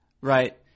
right